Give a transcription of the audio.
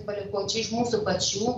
čia iš mūsų pačių